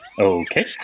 Okay